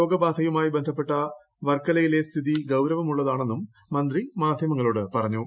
രോഗ ബാധയുമായി ബന്ധപ്പെട്ട വർക്കലയിലെ സ്ഥിതി ഗൌരവമുള്ളതാണെന്നും മന്ത്രി മാധ്യമങ്ങളോട് പറഞ്ഞു